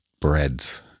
breads